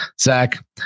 Zach